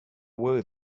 were